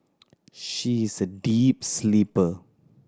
she is a deep sleeper